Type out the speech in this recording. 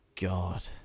God